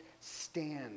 stand